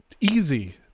easy